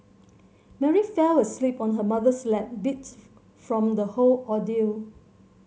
Mary fell asleep on her mother's lap beat from the whole ordeal